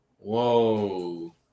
Whoa